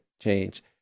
change